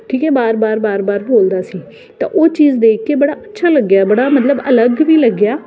ਠੀਕ ਹੈ ਬਾਰ ਬਾਰ ਬਾਰ ਬਾਰ ਬੋਲਦਾ ਸੀ ਤਾਂ ਉਹ ਚੀਜ਼ ਦੇਖ ਕੇ ਬੜਾ ਅੱਛਾ ਲੱਗਿਆ ਬੜਾ ਮਤਲਬ ਅਲੱਗ ਵੀ ਲੱਗਿਆ